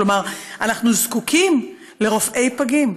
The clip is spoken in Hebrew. כלומר אנחנו זקוקים לרופאי פגים.